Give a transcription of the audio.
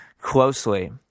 closely